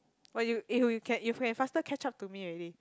!wah! you if you can if you can faster catch up to me already